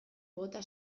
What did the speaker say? bota